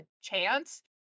chance